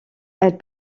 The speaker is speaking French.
elles